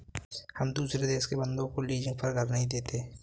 हम दुसरे देश के बन्दों को लीजिंग पर घर नहीं देते